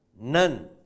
None